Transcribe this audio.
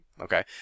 okay